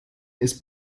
ist